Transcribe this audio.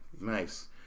Nice